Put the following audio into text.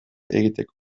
egiteko